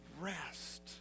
rest